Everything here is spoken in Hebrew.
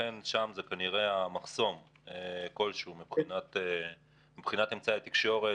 לכן שם זה כנראה מחסום כלשהו מבחינת אמצעי התקשורת,